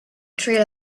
trail